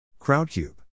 Crowdcube